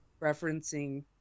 referencing